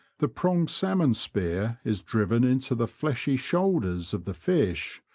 the pronged salmon spear is driven into the fleshy shoulders of the fish,